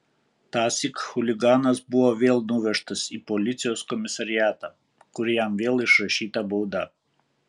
tąsyk chuliganas buvo vėl nuvežtas į policijos komisariatą kur jam vėl išrašyta bauda